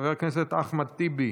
חבר הכנסת אחמד טיבי,